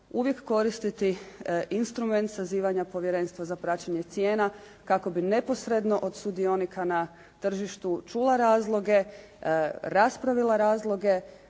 uvijek koristiti instrument sazivanja povjerenstva za praćenje cijena kako bi neposredno od sudionika na tržištu čula razloge, raspravila razloge